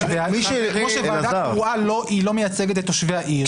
כמו שוועדה קרואה היא לא מייצגת את תושבי העיר,